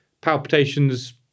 palpitations